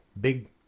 big